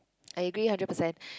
I agree hundred percent